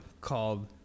called